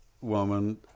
woman